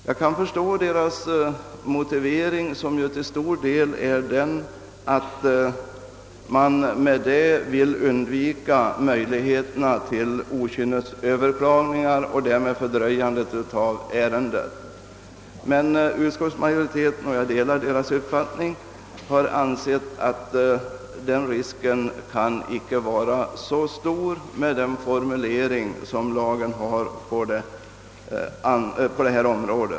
Jag kan dock förstå deras motivering; man vill undvika riskerna för okynnesöverklaganden och därmed fördröjandet av ett ärende. Utskottsmajoriteten, vars uppfattning jag delar, anser att den risken inte kan vara så stor med den formulering som lagen föreslås få på detta område.